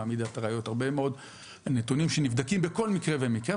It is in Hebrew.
מה מידת הראיות הרבה מאוד נתונים שנבדקים בכל מקרה ומקרה,